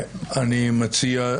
אני מציע,